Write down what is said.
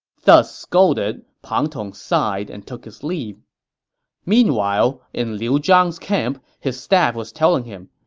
thus scolded, pang tong sighed and took his leave meanwhile, in liu zhang's camp, his staff was telling him,